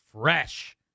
fresh